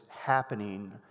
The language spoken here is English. happening